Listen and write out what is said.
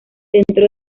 centro